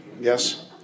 Yes